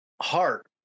heart